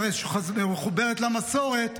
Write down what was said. היא הרי מחוברת למסורת.